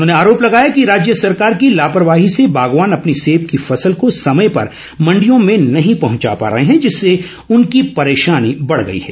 उन्होंने आरोप लगाया कि राज्य सरकार की लापरवाही से बागवान अपनी सेब की फसल को समय पर मण्डियों में नहीं पहुंचा पा रहे हैं जिससे उनकी परेशानी बढ़ गई है